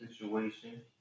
situation